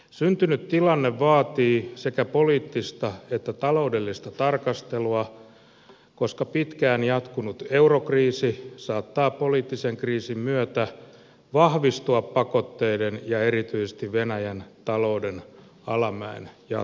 syntynyt tilanne vaatii sekä poliittista että taloudellista tarkastelua koska pitkään jatkunut eurokriisi saattaa poliittisen kriisin myötä vahvistua pakotteiden ja erityisesti venäjän talouden alamäen jatkuessa